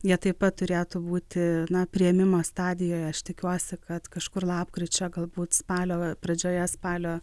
jie taip pat turėtų būti na priėmimo stadijoj aš tikiuosi kad kažkur lapkričio galbūt spalio pradžioje spalio